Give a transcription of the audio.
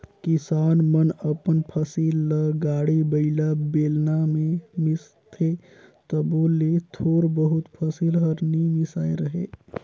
किसान मन अपन फसिल ल गाड़ी बइला, बेलना मे मिसथे तबो ले थोर बहुत फसिल हर नी मिसाए रहें